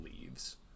leaves